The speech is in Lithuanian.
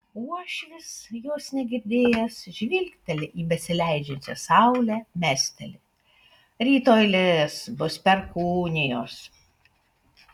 uošvis jos negirdėjęs žvilgteli į besileidžiančią saulę mesteli rytoj lis bus perkūnijos